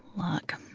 luck